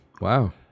Wow